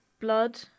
blood